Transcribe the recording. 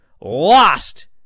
lost